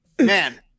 man